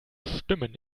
stimmen